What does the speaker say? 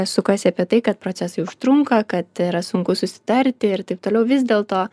sukasi apie tai kad procesai užtrunka kad yra sunku susitarti ir taip toliau vis dėlto